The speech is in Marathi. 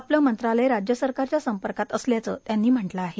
आपलं मंत्रालय राज्य सरकारच्या संपर्कात असल्याचं त्यांनी म्हटलं आहे